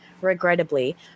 Regrettably